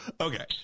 Okay